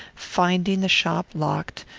finding the shop locked,